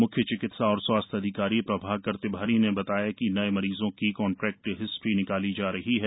म्ख्य चिकित्सा और स्वास्थ्य अधिकारी प्रभाकर तिवारी ने बताया कि नए मरीजों की कॉन्ट्रेक्ट हिस्ट्री निकाली जा रही है